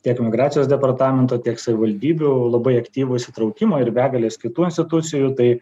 tiek migracijos departamento tiek savivaldybių labai aktyvų įsitraukimą ir begalės kitų institucijų tai